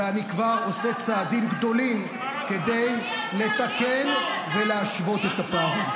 ואני כבר עושה צעדים גדולים כדי לתקן ולהשוות את הפער.